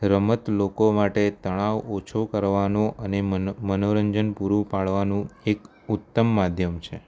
રમત લોકો માટે તણાવ ઓછો કરવાનો અને મનોરંજન પૂરો પાડવાનો એક ઉત્તમ માધ્યમ છે